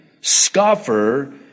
scoffer